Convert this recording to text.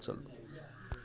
तऽ